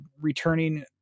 returning